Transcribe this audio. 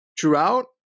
throughout